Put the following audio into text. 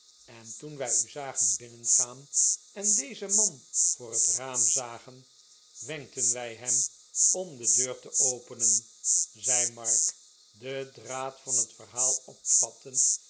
en toen wij u zagen binnengaan en dezen man voor het raam zagen wenkten wij hem om de deur te openen zei mark den draad van het verhaal opvattend